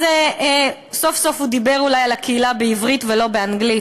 אז סוף-סוף הוא דיבר על הקהילה בעברית ולא באנגלית,